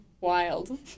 wild